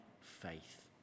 faith